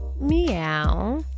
Meow